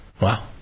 Wow